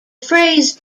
phrase